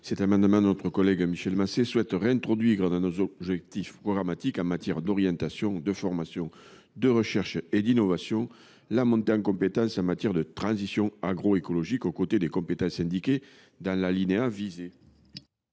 cet amendement, notre collègue Michel Masset souhaite réintroduire, dans nos objectifs programmatiques en matière d’orientation, de formation, de recherche et d’innovation, la montée en compétences en matière de transition agroécologique, aux côtés des compétences mentionnées dans l’alinéa visé.